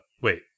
Wait